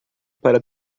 para